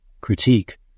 critique